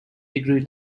degree